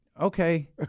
Okay